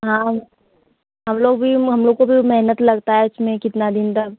हाँ हम लोग भी हम लोग को भी मेहनत लगता है उसमें कितना दिन तक